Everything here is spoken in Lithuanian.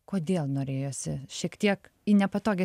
kodėl norėjosi šiek tiek į nepatogią